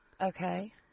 Okay